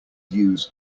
use